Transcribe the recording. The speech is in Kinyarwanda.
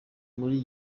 muri